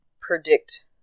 predict